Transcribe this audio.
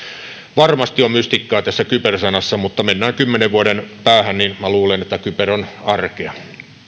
varmasti on mystiikkaa tässä kyber sanassa mutta kun mennään kymmenen vuoden päähän niin minä luulen että kyber on arkea